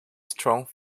strong